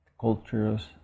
cultures